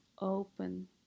open